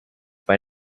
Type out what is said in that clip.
bei